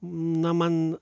na man